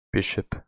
Bishop